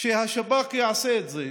שהשב"כ יעשה את זה,